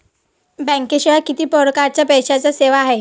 बँकेशिवाय किती परकारच्या पैशांच्या सेवा हाय?